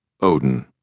Odin